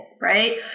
right